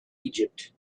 egypt